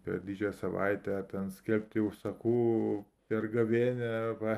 per didžiąją savaitę ten skelbti užsakų per gavėnią va